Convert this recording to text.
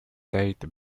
date